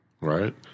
right